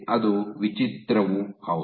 ಅದು ವಿಚಿತ್ರ ಹೌದು